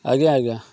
ଆଜ୍ଞା ଆଜ୍ଞା